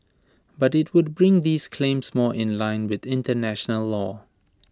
but IT would bring these claims more in line with International law